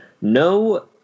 no